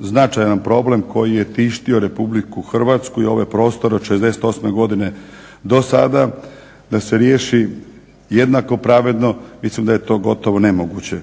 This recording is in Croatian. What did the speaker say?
značajan problem koji je tištio RH i ovaj prostor od '68. godine dosada da se riješi jednako pravedno, mislim da je to gotovo nemoguće.